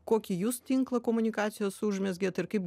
kokį jūs tinklą komunikacijos užmezgėt ir kaip